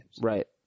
Right